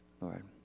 Lord